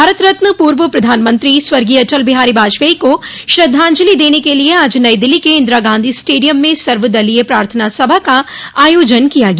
भारत रत्न पूर्व प्रधानमंत्री स्वर्गीय अटल बिहारी वाजपेयी को श्रद्वांजलि देने के लिए आज नई दिल्ली के इंदिरा गांधी स्टेडियम में सर्वदलीय प्रार्थना सभा का आयोजन किया गया